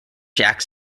jack